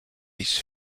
his